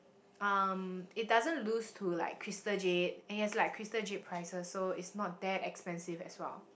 um it doesn't lose to like Crystal-Jade and it has like Crystal-Jade prices so is not that expensive as well